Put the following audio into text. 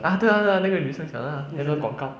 ya 对 ah 对 ah 那个女生讲的 ah 那个广告